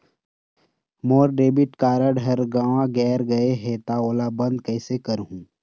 मोर debit card हर गंवा गैर गए हे त ओला बंद कइसे करहूं?